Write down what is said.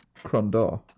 crondor